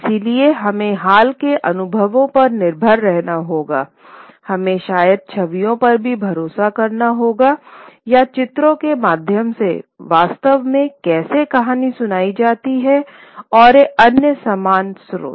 इसलिए हमें हाल के अनुभवों पर निर्भर रहना होगा हमें शायद छवियों पर भी भरोसा करना होगा या चित्रों के माध्यम से वास्तव में कैसे कहानी सुनाई जाती है और अन्य समान स्रोत